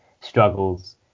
struggles